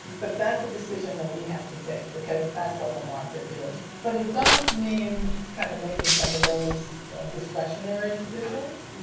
but that's a decision that we have to take because that's what the market bears. but it does mean kind of making some of those discretionary decisions.